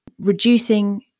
reducing